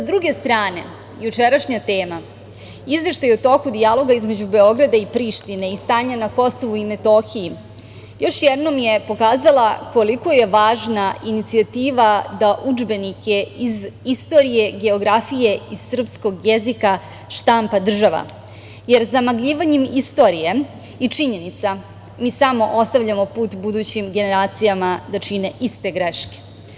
Sa druge strane, jučerašnja tema, izveštaj o toku dijaloga između Beograda i Prištine i stanja na KiM, još jednom je pokazala koliko je važna inicijativa da udžbenike iz istorije, geografije, i srpskog jezika, štampa država, jer zamagljivanjem istorije i činjenica, mi samo ostavljamo put budućim generacijama da čine iste greške.